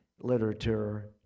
literature